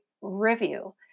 review